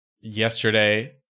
yesterday